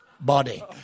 body